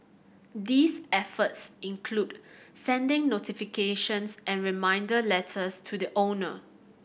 these efforts include sending notifications and reminder letters to the owner